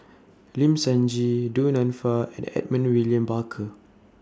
Lim Sun Gee Du Nanfa and Edmund William Barker